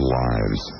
lives